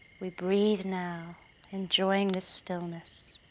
we breathe now enjoying this stillness.